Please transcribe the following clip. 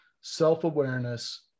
self-awareness